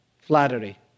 Flattery